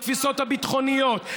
בתפיסות הביטחוניות,